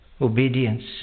obedience